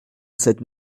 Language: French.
cette